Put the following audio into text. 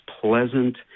pleasant